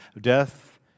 death